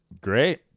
Great